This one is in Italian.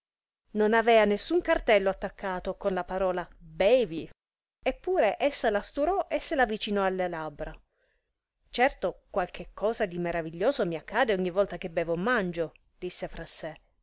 non avea nessun cartello attaccato con la parola bevi eppure essa la sturò e se l'avvicinò alle labbra certo qualche cosa di meraviglioso mi accade ogni qual volta bevo o mangio disse fra sè